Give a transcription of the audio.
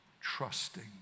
trusting